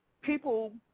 People